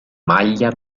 maglia